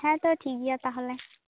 ᱦᱮᱸ ᱛᱚ ᱴᱷᱤᱠ ᱜᱮᱭᱟ ᱛᱟᱦᱚᱞᱮ